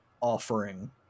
offering